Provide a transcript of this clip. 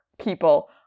people